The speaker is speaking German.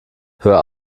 hör